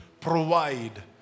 provide